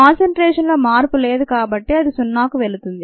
కానసన్ట్రేషన్లో మార్పు లేదు కాబట్టి అది సున్నాకు వెళుతుంది